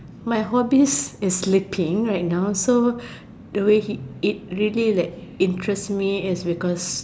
my hobbies is sleeping right now so the way it really like interest me is because